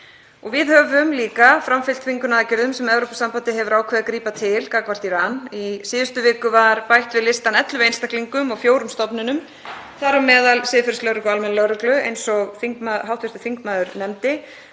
Við höfum líka framfylgt þvingunaraðgerðum sem Evrópusambandið hefur ákveðið að grípa til gagnvart Íran. Í síðustu viku var bætt við listann 11 einstaklingum og fjórum stofnunum, þar á meðal siðferðislögreglu og almennri lögreglu, eins og hv. þingmaður nefndi,